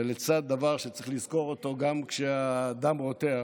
ולצד דבר שצריך לזכור אותו גם כשהדם רותח,